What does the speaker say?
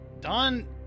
Don